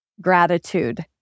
gratitude